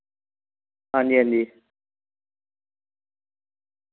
हांजी हांजी